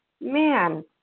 man